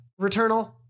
Returnal